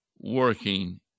Working